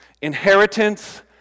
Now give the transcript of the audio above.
inheritance